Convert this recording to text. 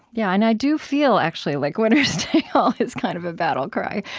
yeah and i do feel, actually, like winners take all is kind of a battle cry